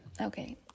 okay